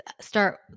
start